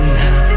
now